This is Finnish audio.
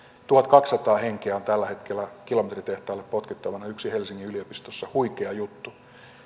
tuhatkaksisataa henkeä on tällä hetkellä kilometritehtaalle potkittavana yksin helsingin yliopistossa huikea juttu